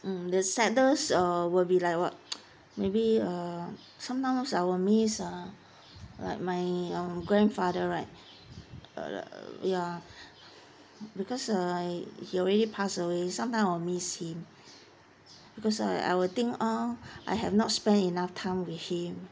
hmm the saddest uh will be like what maybe uh sometimes I will miss uh like my um grandfather right err err yeah because uh he already pass away sometime I will miss him because I'll think ah I have not spend enough time with him